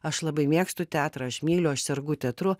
aš labai mėgstu teatrą aš myliu aš sergu teatru